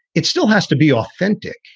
it still has to be authentic.